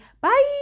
Bye